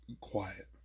quiet